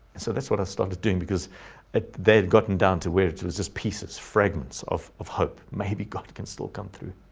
so that's what i started doing. because ah they've gotten down to where it was just pieces fragments of of hope. maybe god can still come through.